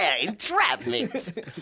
Entrapment